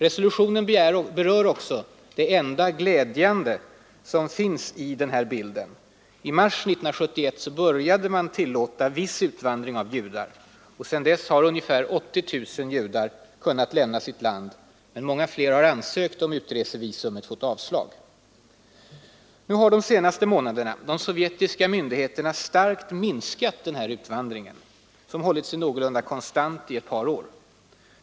Resolutionen berör också det enda glädjande som finns i den här bilden. I mars 1971 började man tillåta viss utvandring av judar. Sedan dess har ungefär 80 000 judar kunnat lämna sitt land — många fler har ansökt om utresevisum men fått avslag. Nu har under de senaste månaderna de sovjetiska myndigheterna starkt minskat den här utvandringen, som hållit sig någorlunda konstant i ett par år.